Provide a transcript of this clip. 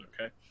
okay